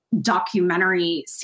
documentary